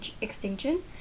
extinction